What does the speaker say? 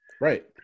Right